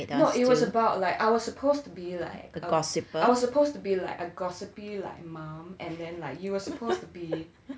no it was about like I was supposed to be like um I was supposed to be like a gossipy like mum and then like you were supposed to be